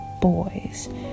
boys